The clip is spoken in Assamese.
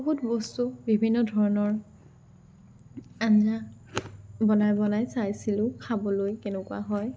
বহুত বস্তু বিভিন্ন ধৰণৰ আঞ্জা বনাই বনাই চাইছিলো খাবলৈ কেনেকুৱা হয়